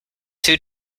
two